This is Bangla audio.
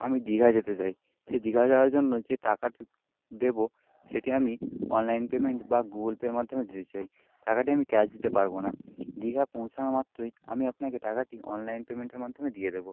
আমি দীঘা যেতে চাই সে দীঘা যাওয়ার জন্য যে টাকাটা দেবো সেটি আমি অনলাইন পেমেন্ট বা গুগল পের মাধ্যমে দিতে চাই টাকাটি আমি ক্যাশ দিতে পারবো না দীঘা পৌঁছানো মাত্রই আমি আপনাকে টাকাটি অনলাইন পেমেন্টের মাধ্যমে দিয়ে দেবো